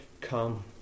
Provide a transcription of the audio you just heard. come